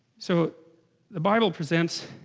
so the bible presents